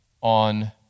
on